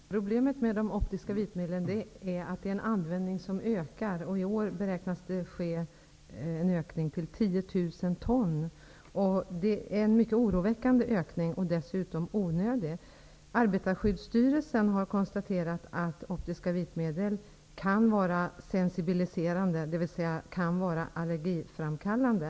Herr talman! Problemet med de optiska vitmedlen är att användningen ökar. I år beräknas det bli en ökning till 10 000 ton. Det är en mycket oroväckande ökning, dessutom onödig. Arbetarskyddsstyrelsen har konstaterat att optiska vitmedel kan vara sensibiliserande, dvs. allergiframkallande.